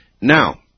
Now